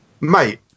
Mate